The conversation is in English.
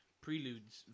prelude's